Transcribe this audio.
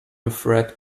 afraid